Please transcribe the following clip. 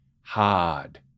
hard